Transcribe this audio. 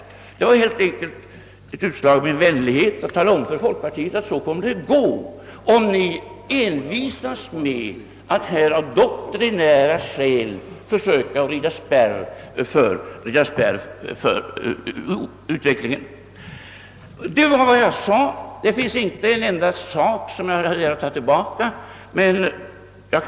Det var helt enkelt ett utslag av min vänlighet att tala om för folkpartiet, att det kommer att gå så om partiet envisas med att av doktrinära skäl försöka rida spärr mot utvecklingen. Detta var vad jag sade, och jag tar inte tillbaka en enda sak.